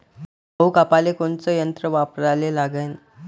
गहू कापाले कोनचं यंत्र वापराले लागन?